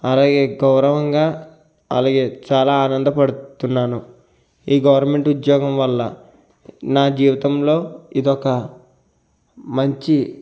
అలాగే గౌరవంగా అలగే చాలా ఆనందపడుతున్నాను ఈ గవర్నమెంట్ ఉద్యోగం వల్ల నా జీవితంలో ఇది ఒక మంచి